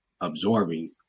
absorbing